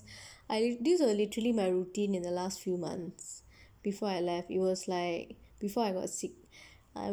I use this was literally my routine in the last few months before I left it was like before I got sick I will